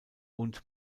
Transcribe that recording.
und